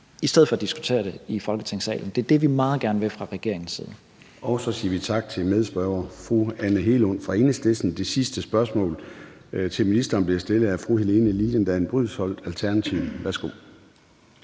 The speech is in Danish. i stedet for at diskutere det i Folketingssalen. Det er det, vi meget gerne vil fra regeringens side. Kl. 14:25 Formanden (Søren Gade): Så siger vi tak til medspørgeren, fru Anne Hegelund fra Enhedslisten. Det sidste spørgsmål til ministeren bliver stillet af fru Helene Liliendahl Brydensholt, Alternativet. Værsgo.